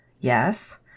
Yes